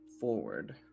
forward